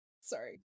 Sorry